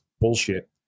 bullshit